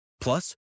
Plus